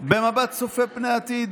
במבט צופה פני עתיד,